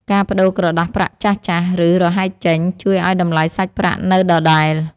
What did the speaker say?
ការប្តូរក្រដាសប្រាក់ចាស់ៗ ឬរហែកចេញ ជួយឱ្យតម្លៃសាច់ប្រាក់នៅដដែល។